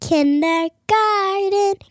Kindergarten